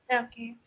okay